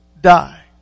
die